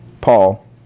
paul